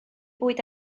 bwyd